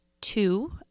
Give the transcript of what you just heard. two